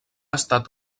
estat